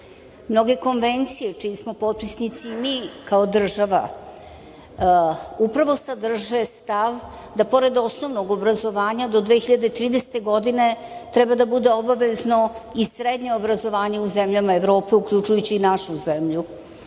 prava. Mnoge konvencije, čiji smo potpisnici mi kao država, upravo sadrže stav da pored osnovnog obrazovanja do 2030. godine treba da bude obavezno i srednje obrazovanje u zemljama Evrope, uključujući i našu zemlju.